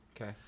Okay